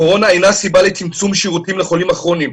הקורונה אינה סיבה לצמצום שירותים לחולים הכרוניים,